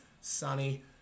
sunny